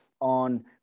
on